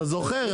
אתה זוכר?